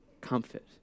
comfort